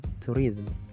tourism